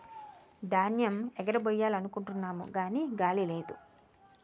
ధాన్యేమ్ ఎగరబొయ్యాలనుకుంటున్నాము గాని గాలి లేదు